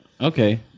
okay